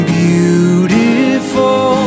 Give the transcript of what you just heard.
beautiful